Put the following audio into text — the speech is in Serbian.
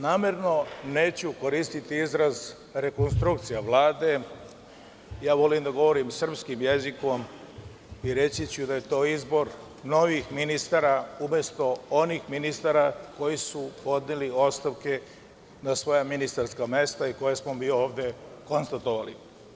Namerno neću koristi izraz rekonstrukcija Vlade, volim da govorim srpskim jezikom i reći ću da je to izbor novih ministara, umesto onih ministara koji su podneli ostavke na svoja ministarska mesta i koje smo mi ovde konstatovali.